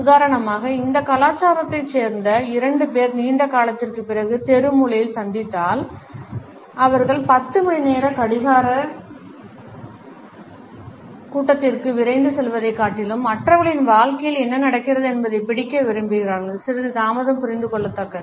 உதாரணமாக இந்த கலாச்சாரத்தைச் சேர்ந்த இரண்டு பேர் நீண்ட காலத்திற்குப் பிறகு தெரு மூலையில் சந்தித்தால் அவர்கள் 10 மணிநேர கடிகாரக் கூட்டத்திற்கு விரைந்து செல்வதைக் காட்டிலும் மற்றவர்களின் வாழ்க்கையில் என்ன நடக்கிறது என்பதைப் பிடிக்க விரும்புகிறார்கள் சிறிது தாமதம் புரிந்துகொள்ளத்தக்கது